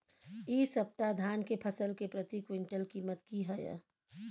इ सप्ताह धान के फसल के प्रति क्विंटल कीमत की हय?